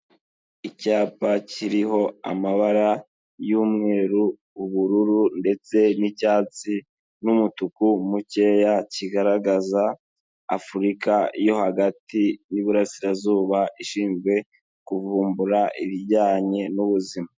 Icyapa kiriho amabara y'umweru, ubururu ndetse n'icyatsi, n'umutuku mukeya kigaragaza Afurika yo hagati y'Uburasirazuba ishinzwe kuvumbura ibijyanye n'ubuzima.